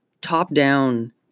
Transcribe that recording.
Top-down